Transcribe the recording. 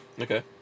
Okay